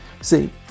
See